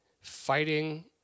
fighting